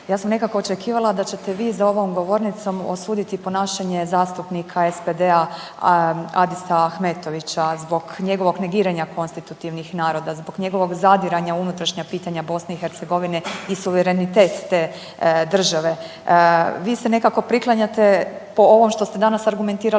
ja sam nekako očekivala da ćete vi za ovom govornicom osuditi ponašanje zastupnika SPD-a Adisa Ahmetovića zbog njegovog negiranja konstitutivnih naroda, zbog njegovog zadiranja u unutrašnja pitanja BiH i suverenitet te države. Vi se nekako priklanjate po ovom što ste danas argumentirali,